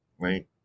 right